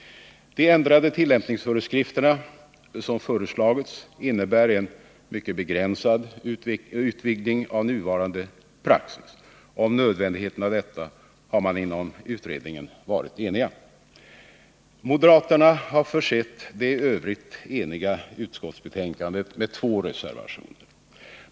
De ändrade tillämpningsföreskrifterna som föreslagits innebär en mycket begränsad utvidgning av nuvarande praxis. Om nödvändigheten av detta har utredningen varit enig. Moderaterna har försett det i övrigt eniga utskottsbetänkandet med två reservationer.